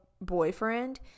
boyfriend